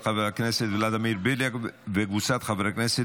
של חבר הכנסת ולדימיר בליאק וקבוצת חברי הכנסת,